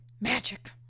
magic